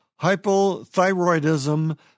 hypothyroidism